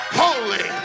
holy